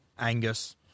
Angus